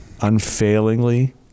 unfailingly